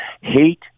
Hate